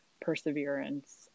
perseverance